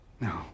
no